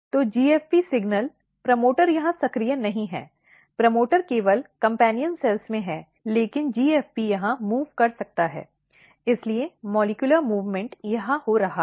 तो GFP signal promoter यहां सक्रिय नहीं है प्रमोटर केवल कम्पेन्यन कोशिकाओं में है लेकिन GFP यहां मूव़ कर सकता है इसलिए मॉलिक्यूलर मूवमेंट यहाँ हो रहा है